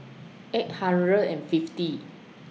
eight hundred and fifty